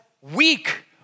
weak